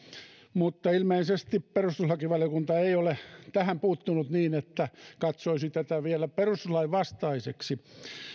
mutta ilmeisesti perustuslakivaliokunta ei ole tähän puuttunut niin että katsoisi tätä vielä perustuslain vastaiseksi